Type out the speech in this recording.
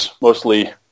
mostly